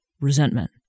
resentment